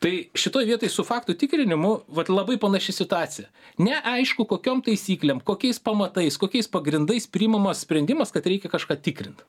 tai šitoj vietoj su faktų tikrinimu vat labai panaši situacija neaišku kokiom taisyklėm kokiais pamatais kokiais pagrindais priimamas sprendimas kad reikia kažką tikrint